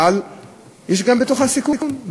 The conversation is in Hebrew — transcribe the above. אבל יש בתוכה גם סיכונים,